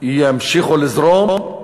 ימשיכו לזרום,